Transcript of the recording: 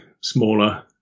smaller